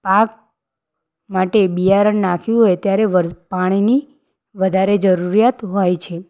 ભાગ માટે બિયારણ નાખ્યું હોય ત્યારે પાણીની વધારે જરૂરિયાત હોય છે